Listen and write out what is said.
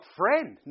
friend